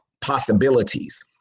possibilities